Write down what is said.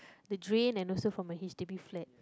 the drain and also from a H_D_B flat